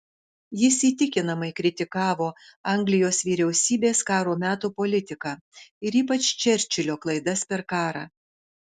jis įtikinamai kritikavo anglijos vyriausybės karo meto politiką ir ypač čerčilio klaidas per karą